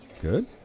Good